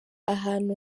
ahantu